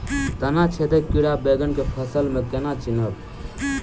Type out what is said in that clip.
तना छेदक कीड़ा बैंगन केँ फसल म केना चिनहब?